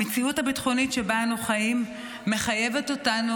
המציאות הביטחונית שבה אנו חיים מחייבת אותנו